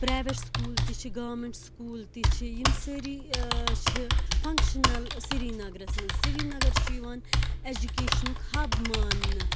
private school تہِ چھِ government school تہِ چھ یِم سأری چھِ فَنگشنَل سریٖنَگرَس منٛز سریٖنَگَر چھ یِوان اِیجوٗکیشنُک ہَب ماننہٕ